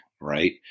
right